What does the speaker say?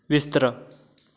ਬਿਸਤਰਾ